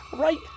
Right